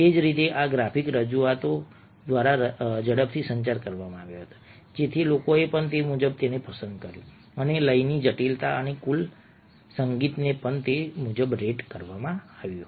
તે જ રીતે આ ગ્રાફિક રજૂઆતો દ્વારા ઝડપનો સંચાર કરવામાં આવ્યો હતો જેથી લોકોએ પણ તે મુજબ તેને પસંદ કર્યું અને લયની જટિલતા અને કુલ સંગીતને પણ તે મુજબ રેટ કરવામાં આવ્યું